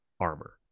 armor